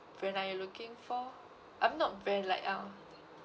brand are you looking for I'm not very like um